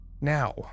now